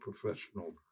professional